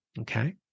Okay